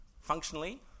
Functionally